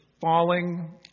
falling